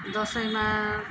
दसैँमा